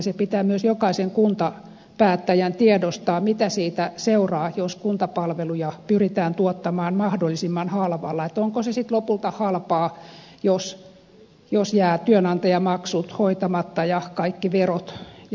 se pitää myös jokaisen kuntapäättäjän tiedostaa mitä siitä seuraa jos kuntapalveluja pyritään tuottamaan mahdollisimman halvalla että onko se sitten lopulta halpaa jos jää työnantajamaksut hoitamatta ja kaikki verot ja muut